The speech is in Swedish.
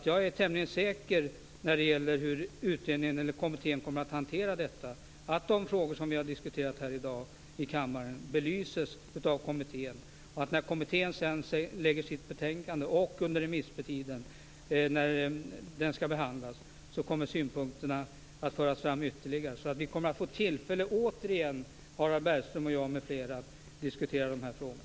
Jag är tämligen säker på att de frågor som vi har diskuterat här i dag i kammaren belyses av denna kommitté. När kommittén sedan avger sitt betänkande och under den efterföljande remisstiden kommer synpunkterna att föras fram ytterligare. Vi - Harald Bergström, jag m.fl. - kommer återigen att få tillfälle att diskutera dessa frågor.